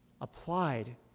applied